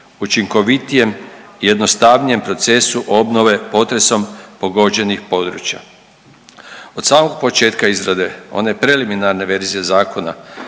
učinkovitijem i jednostavnijem procesu obnove potresom pogođenih područja. Od samog početka izrade one preliminarne verzije zakona